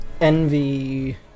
Envy